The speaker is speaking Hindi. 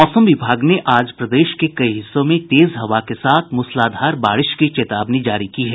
मौसम विभाग ने आज प्रदेश के कई हिस्सों में तेज हवा के साथ मूसलाधार बारिश की चेतावनी जारी की है